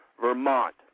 Vermont